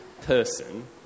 person